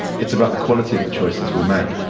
it's about the quality of the choices we make.